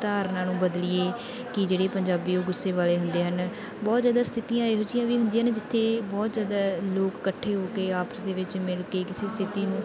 ਧਾਰਨਾ ਨੂੰ ਬਦਲੀਏ ਕਿ ਜਿਹੜੇ ਪੰਜਾਬੀ ਉਹ ਗੁੱਸੇ ਵਾਲੇ ਹੁੰਦੇ ਹਨ ਬਹੁਤ ਜ਼ਿਆਦਾ ਸਥਿਤੀਆਂ ਇਹੋ ਜਿਹੀਆਂ ਵੀ ਹੁੰਦੀਆਂ ਨੇ ਜਿੱਥੇ ਬਹੁਤ ਜ਼ਿਆਦਾ ਲੋਕ ਇਕੱਠੇ ਹੋ ਕੇ ਆਪਸ ਦੇ ਵਿੱਚ ਮਿਲ ਕੇ ਕਿਸੇ ਸਥਿਤੀ ਨੂੰ